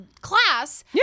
class